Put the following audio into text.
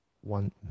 one